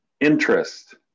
interest